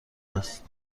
است